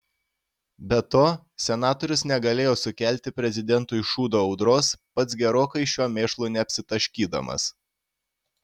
be to senatorius negalėjo sukelti prezidentui šūdo audros pats gerokai šiuo mėšlu neapsitaškydamas